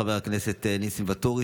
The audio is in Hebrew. חבר הכנסת ניסים ואטורי,